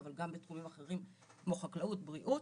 אבל גם בתחומים אחרים כמו חקלאות ובריאות,